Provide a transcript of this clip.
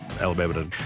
Alabama